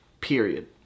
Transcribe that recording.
period